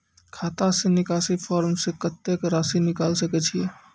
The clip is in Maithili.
खाता से निकासी फॉर्म से कत्तेक रासि निकाल सकै छिये?